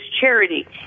charity